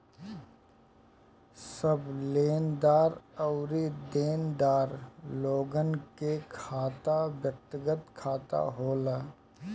सब लेनदार अउरी देनदार लोगन के खाता व्यक्तिगत खाता होला